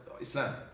Islam